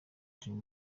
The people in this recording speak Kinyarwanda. dream